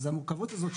אז המורכבות הזאת,